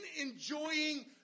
enjoying